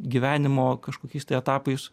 gyvenimo kažkokiais tai etapais